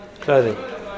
Clothing